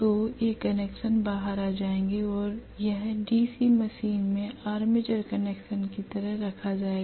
तो ये कनेक्शन बाहर आ जाएंगे और यह डीसी मोटर में आर्मेचर कनेक्शन की तरह रखा रहेगा